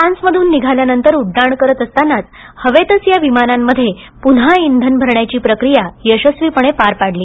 फ्रांसमधून निघाल्यानंतर उड्डाण करत असतानाच हवेतच या विमानांमध्ये पुन्हा शिन भरण्याची प्रक्रिया यशस्वी पार पाडली